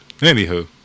Anywho